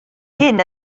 hyn